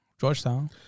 Georgetown